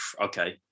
okay